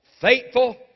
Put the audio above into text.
faithful